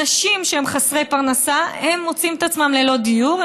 אנשים שהם חסרי פרנסה מוצאים את עצמם ללא דיור,